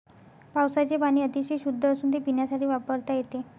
पावसाचे पाणी अतिशय शुद्ध असून ते पिण्यासाठी वापरता येते